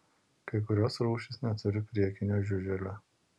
kai kurios rūšys neturi priekinio žiuželio